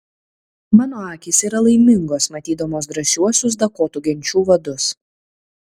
mano akys yra laimingos matydamos drąsiuosius dakotų genčių vadus